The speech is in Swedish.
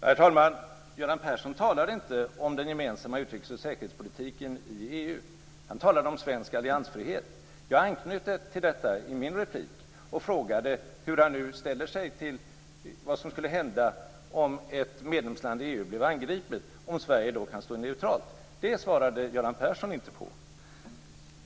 Herr talman! Göran Persson talade inte om den gemensamma utrikes och säkerhetspolitiken i EU. Han talade om svensk alliansfrihet. Jag anknöt till detta i min replik och frågade hur han ställer sig till vad som skulle hända om ett medlemsland i EU blev angripet. Kan Sverige då stå neutralt? Det svarade Göran Persson inte på.